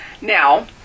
Now